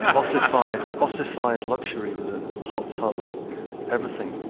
ossified ossified luxury with a hot tub and everything.